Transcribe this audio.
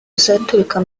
uzaturuka